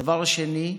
דבר שני,